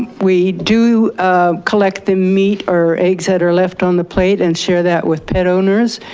we do ah collect the meat or eggs that are left on the plate and share that with pet owners.